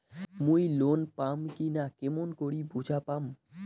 মুই লোন পাম কি না কেমন করি বুঝা পাম?